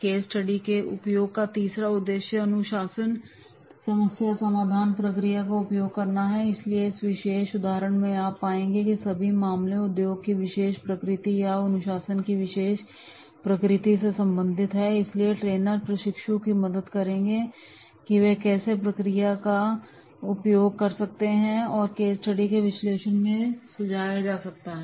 case study के उपयोग का तीसरा उद्देश्य अनुशासन समस्या समाधान प्रक्रिया का उपयोग करना है और इसलिए इस विशेष उदाहरण में आप पाएंगे कि सभी मामले उद्योग की विशेष प्रकृति या अनुशासन की विशेष प्रकृति से संबंधित हैं और इसलिए ट्रेनर प्रशिक्षु की मदद करेंगे कि कैसे वे इस प्रक्रिया का उपयोग कर सकते है जिसे केस स्टडी के विश्लेषण में सुझाया जा सकता है